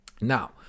Now